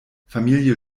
familie